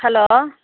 hello